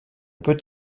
peut